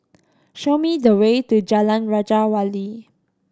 show me the way to Jalan Raja Wali